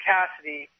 Cassidy